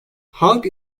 halk